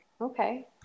Okay